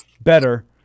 better